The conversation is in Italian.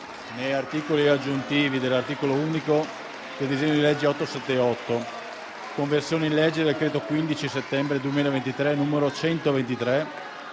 né articoli aggiuntivi, dell'articolo unico del disegno di legge n. 878, di conversione in legge del decreto-legge 15 settembre 2023, n. 123,